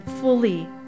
fully